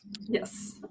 Yes